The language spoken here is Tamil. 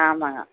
ஆமாங்க